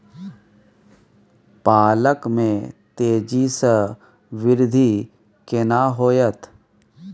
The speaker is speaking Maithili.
पालक में तेजी स वृद्धि केना होयत?